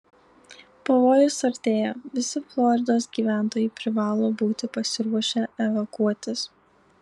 pavojus artėja visi floridos gyventojai privalo būti pasiruošę evakuotis